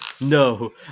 No